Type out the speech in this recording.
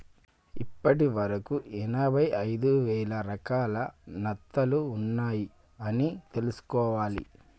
ఇప్పటి వరకు ఎనభై ఐదు వేల రకాల నత్తలు ఉన్నాయ్ అని తెలుసుకోవాలి